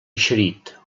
eixerit